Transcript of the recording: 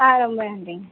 ஆ ரொம்ப நன்றிங்க